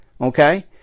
Okay